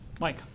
Mike